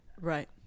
Right